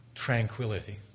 tranquility